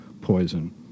poison